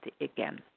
again